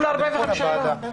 כולה 45 יום.